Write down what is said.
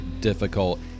difficult